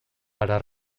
para